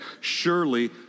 surely